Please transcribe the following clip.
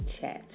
chat